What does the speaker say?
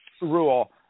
rule